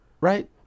right